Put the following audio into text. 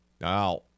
Now